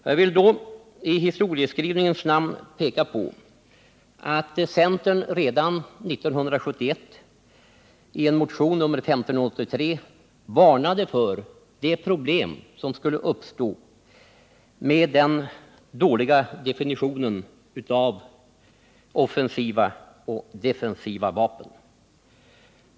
Jag vill då i historieskrivningens namn peka på att centern redan 1971,ien motion 1583, varnade för de problem som skulle uppstå med den dåliga definitionen av begreppen offensiva och defensiva vapen.